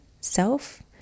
self